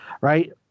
right